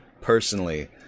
personally